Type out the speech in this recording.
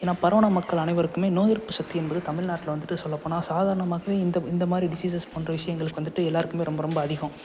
ஏன்னா பரவின மக்கள் அனைவருக்குமே நோய் எதிர்ப்பு சக்தி என்பது தமிழ்நாட்டில் வந்துவிட்டு சொல்லப்போனால் சாதாரணமாகவே இந்த இந்த மாதிரி டிசிஸஸ் போன்ற விஷயங்களுக்கு வந்துவிட்டு எல்லாருக்குமே ரொம்ப ரொம்ப அதிகம்